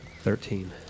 Thirteen